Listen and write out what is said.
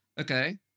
Okay